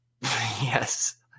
yes